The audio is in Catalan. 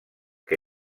que